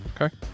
Okay